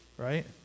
Right